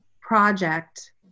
project